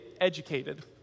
educated